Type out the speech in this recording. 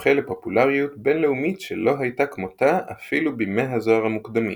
שזוכה לפופולריות בינלאומית שלא הייתה כמותה אפילו בימי הזוהר המוקדמים.